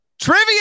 Trivia